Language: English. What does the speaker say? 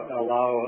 allow